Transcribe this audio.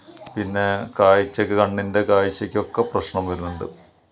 പിന്നെ കാഴ്ചയ്ക്ക് കണ്ണിൻ്റെ കാഴ്ചയ്ക്കൊക്കെ പ്രശ്നം വരുന്നുണ്ട്